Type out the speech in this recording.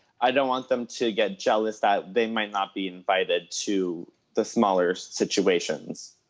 i don't want them to get jealous that they might not be invited to the smaller situations.